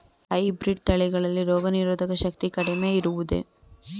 Hybrid ತಳಿಗಳಲ್ಲಿ ರೋಗನಿರೋಧಕ ಶಕ್ತಿ ಕಡಿಮೆ ಇರುವುದೇ?